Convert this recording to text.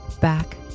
Back